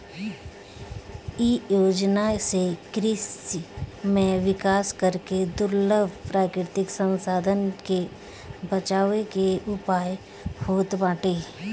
इ योजना से कृषि में विकास करके दुर्लभ प्राकृतिक संसाधन के बचावे के उयाय होत बाटे